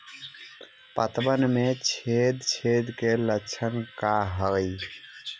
पतबन में छेद छेद के लक्षण का हइ?